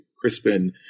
Crispin